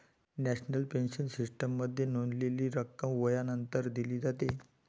national pension सिस्टीममध्ये नोंदवलेली रक्कम वयानंतर दिली जाते